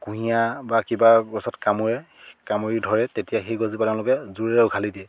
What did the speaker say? কুঁহিয়াৰ বা কিবা গছত কামোৰে কামুৰি ধৰে তেতিয়া সেই গছজোপা তেওঁলোকে জোৰেৰে উঘালি দিয়ে